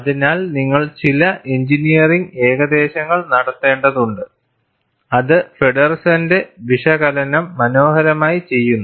അതിനാൽ നിങ്ങൾ ചില എഞ്ചിനീയറിംഗ് ഏകദേശങ്ങൾ നടത്തേണ്ടതുണ്ട് അത് ഫെഡെർസന്റെ വിശകലനം മനോഹരമായി ചെയ്യുന്നു